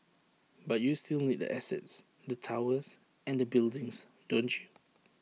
but you still need the assets the towers and the buildings don't you